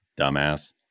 Dumbass